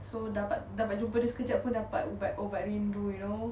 so dapat dapat jumpa dia sekejap dapat dapat ubat rindu you know you know